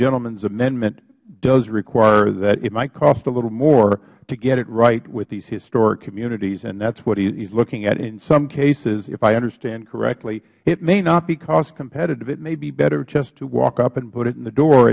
gentlemans amendment does require that it might cost a little more to get it right with these historic communities and that is what he is looking at in some cases if i understand correctly it may not be cost competitive it may be better just to walk up and put it in the door